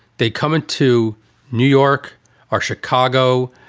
they come in to new york or chicago,